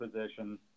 position